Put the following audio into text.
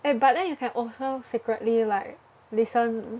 eh but then you can also secretly like listen